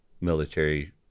military